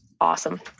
awesome